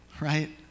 right